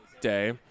Day